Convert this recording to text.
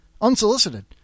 unsolicited